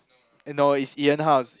no it's Ian house